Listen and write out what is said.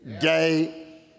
day